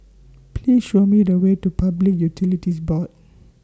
Please Show Me The Way to Public Utilities Board